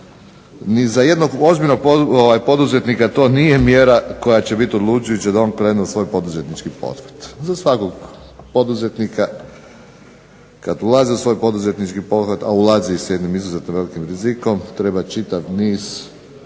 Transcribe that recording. da za nijednog ozbiljnog poduzetnika to nije mjera koja će biti odlučujuća da one krene u svoj poduzetnički pothvat. Za svakog poduzetnika kada ulazi u svoj poduzetnički pothvat, a ulazi s jednim izuzetnim velikim rizikom treba čitav niz